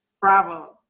bravo